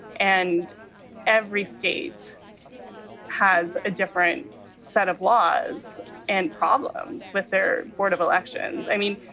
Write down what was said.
and every state has a different set of laws and problems with their board of elections. i mean,